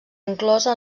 inclosa